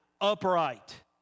upright